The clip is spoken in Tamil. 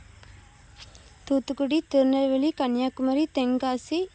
தூத்துக்குடி திருநெல்வேலி கன்னியாகுமரி தென்காசி